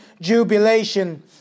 jubilation